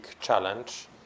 challenge